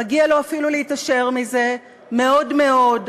מגיע לו אפילו להתעשר מזה מאוד מאוד,